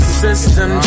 system